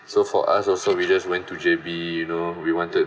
so for us also we just went to J_B you know we wanted